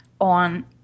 on